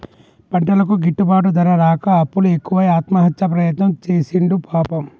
పంటలకు గిట్టుబాటు ధర రాక అప్పులు ఎక్కువై ఆత్మహత్య ప్రయత్నం చేసిండు పాపం